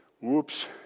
Whoops